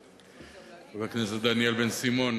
חבר הכנסת דניאל בן-סימון.